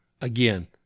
again